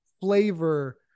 flavor